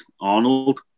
Arnold